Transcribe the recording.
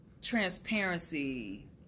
transparency